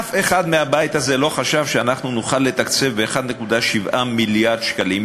אף אחד מהבית הזה לא חשב שאנחנו נוכל לתקצב ב-1.7 מיליארד שקלים,